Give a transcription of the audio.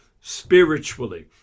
spiritually